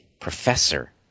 professor